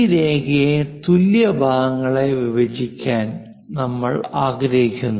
ഈ രേഖയെ തുല്യ ഭാഗങ്ങളായി വിഭജിക്കാൻ നമ്മൾ ആഗ്രഹിക്കുന്നു